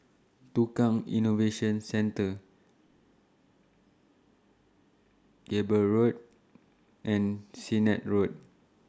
Tukang Innovation Center Cable Road and Sennett Road